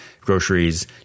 groceries